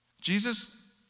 Jesus